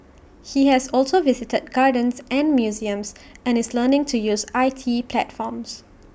he has also visited gardens and museums and is learning to use I T platforms